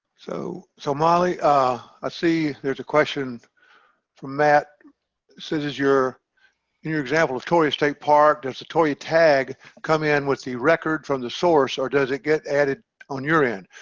so so molly ah i see there's a question from matt as soon as you're in your example of torreya state park does the torreya tag come in with the record from the source, or does it get added on your end?